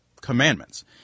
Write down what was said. commandments